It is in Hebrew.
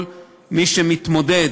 כל מי שמתמודד,